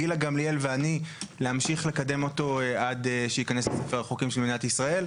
גילה גמליאל ואני להמשיך לקדמו עד שייכנס לספר החוקים של מדינת ישראל.